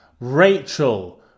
Rachel